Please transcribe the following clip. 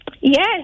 Yes